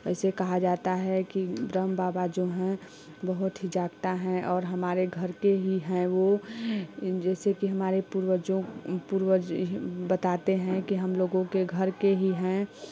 वैसे कहा जाता है कि ब्रह्म बाबा जो हैं बहुत ही जागता है और हमारे घर के ही हैं वो जैसे की हमारे पूर्वजों पूर्वज ही बताते हैं कि हम लोगों के घर के ही हैं